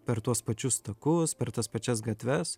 per tuos pačius takus per tas pačias gatves